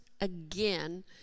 again